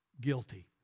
guilty